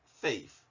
faith